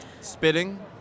Spitting